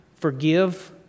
Forgive